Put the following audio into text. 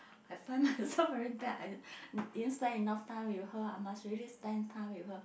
I find myself very bad I didn't didn't spend enough time with her I must really spend time with her